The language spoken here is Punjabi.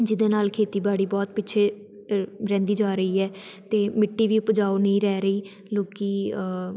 ਜਿਹਦੇ ਨਾਲ ਖੇਤੀਬਾੜੀ ਬਹੁਤ ਪਿੱਛੇ ਰਹਿੰਦੀ ਜਾ ਰਹੀ ਹੈ ਅਤੇ ਮਿੱਟੀ ਵੀ ਉਪਜਾਊ ਨਹੀਂ ਰਹਿ ਰਹੀ ਲੋਕੀਂ